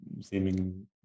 seeming